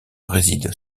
réside